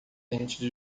tente